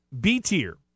B-tier